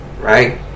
right